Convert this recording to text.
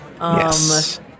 Yes